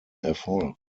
erfolg